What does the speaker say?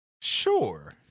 Sure